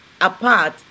apart